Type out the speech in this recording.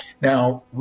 Now